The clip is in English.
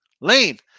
Lane